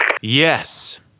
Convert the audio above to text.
Yes